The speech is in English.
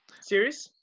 Serious